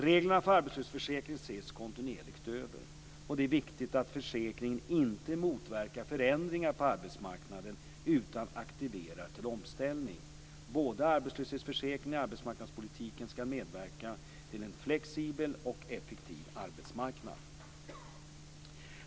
Reglerna för arbetslöshetsförsäkringen ses kontinuerligt över. Det är viktigt att försäkringen inte motverkar förändringar på arbetsmarknaden utan aktiverar till omställning. Både arbetslöshetsförsäkringen och arbetsmarknadspolitiken skall medverka till en flexibel och effektiv arbetsmarknad.